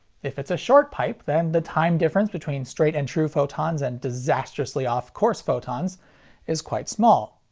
if it's a short pipe then the time difference between straight-and-true photons and disastrously off-course photons is quite small.